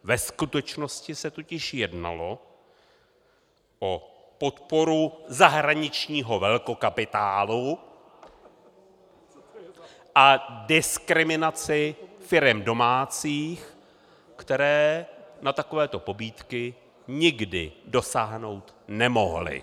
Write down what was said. Ve skutečnosti se totiž jednalo o podporu zahraničního velkokapitálu a diskriminaci firem domácích, které na takovéto pobídky nikdy dosáhnout nemohly.